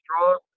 strong